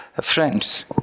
friends